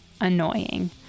annoying